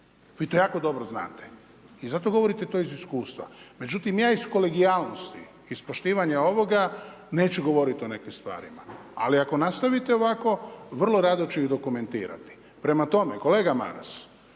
Vi to jako dobro znate i zato govorite to iz iskustva. Međutim, ja iz kolegijalnosti, iz poštivanja ovoga neću govoriti o nekim stvarima. Ali ako nastavite ovako, vrlo rado ću ih dokumentirati. Prema tome, kolega Maras,